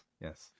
yes